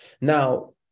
Now